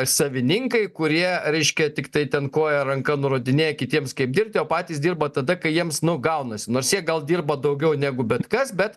savininkai kurie reiškia tiktai ten koja ranka nurodinėja kitiems kaip dirbti o patys dirba tada kai jiems nu gaunasi nors jie gal dirba daugiau negu bet kas bet